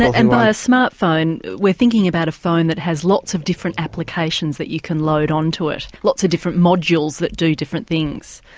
and by a smart phone we're thinking about a phone that has lots of different applications that you can load onto it lots of modules that do different things.